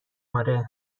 آره